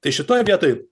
tai šitoj vietoj